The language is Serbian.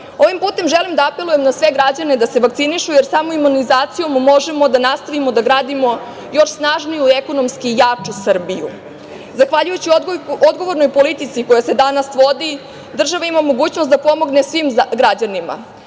putem želim da apelujem na sve građane da se vakcinišu, jer samo imunizacijom možemo da nastavimo da gradimo još snažniju i ekonomski jaču Srbiju. Zahvaljujući odgovornoj politici koja se danas vodi, država ima mogućnost da pomogne svim građanima